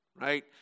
Right